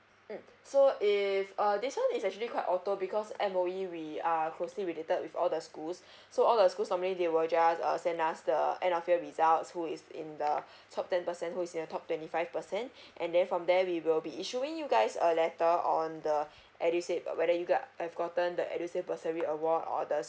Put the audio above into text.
mm so if err this one it's actually quite auto because M_O_E we are closely related with all the schools so all the schools normally they will just uh send us the end of year results who is in the top ten percent who's the top twenty five percent and then from there we will be issuing you guys a letter on the edusave uh whether you got have gotten the edusave bursary award or the